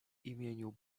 imieniu